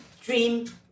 Dream